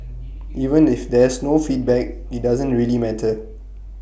even if there's no feedback IT doesn't really matter